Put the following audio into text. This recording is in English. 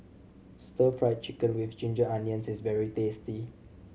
Stir Fry Chicken with ginger onions is very tasty